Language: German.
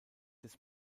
des